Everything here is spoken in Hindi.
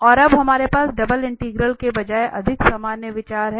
और अब हमारे पास डबल इंटीग्रल के बजाय अधिक सामान्य विचार है